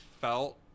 felt